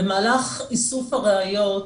במהלך איסוף הראיות,